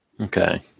Okay